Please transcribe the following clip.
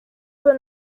were